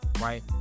right